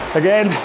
again